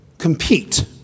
compete